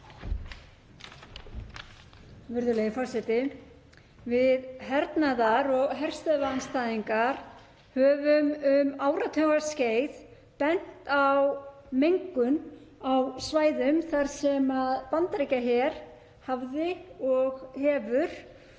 Virðulegi forseti. Við hernaðar- og herstöðvaandstæðingar höfum um áratugaskeið bent á mengun á svæðum þar sem Bandaríkjaher hefur og hefur